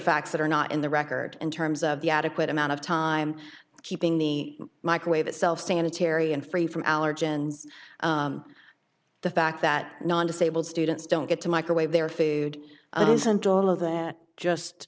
facts that are not in the record in terms of the adequate amount of time keeping the microwave itself sanitary and free from allergens the fact that non disabled students don't get to microwave their food it isn't all of that just